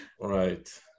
Right